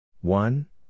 One